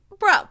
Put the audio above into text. Bro